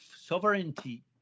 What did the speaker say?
sovereignty